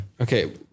Okay